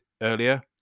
earlier